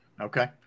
Okay